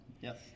yes